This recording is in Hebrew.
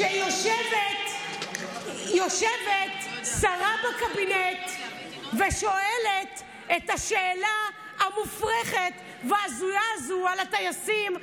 כשיושבת שרה בקבינט ושואלת את השאלה המופרכת וההזויה הזאת על הטייסים,